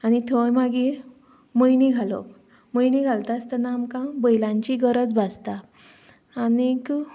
आनी थंय मागीर मळणी घालप मळणी घालता आसतना आमकां बैलांची गरज भासता आनी